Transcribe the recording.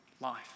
life